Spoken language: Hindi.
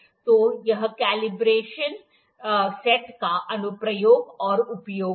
तो यह कॉन्बिनेशन सेट का अनुप्रयोग और उपयोग है